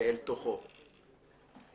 ואל תוכו // יפה.